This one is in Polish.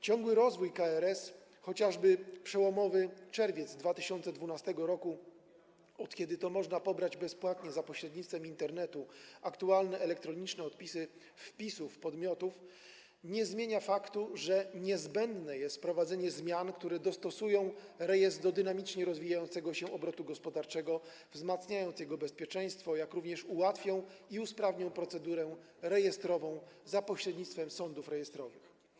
Ciągły rozwój KRS, chociażby w przełomowym czerwcu 2012 r., od kiedy to można pobrać bezpłatnie za pośrednictwem Internetu aktualne elektroniczne odpisy wpisów podmiotów, nie zmienia faktu, że niezbędne jest wprowadzenie zmian, które dostosują rejestr do dynamicznie rozwijającego się obrotu gospodarczego, wzmacniając jego bezpieczeństwo, jak również ułatwią i usprawnią procedurę rejestrową za pośrednictwem sądów rejestrowych.